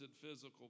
physical